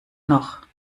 noch